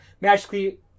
magically